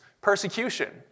persecution